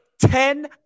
Ten